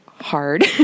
hard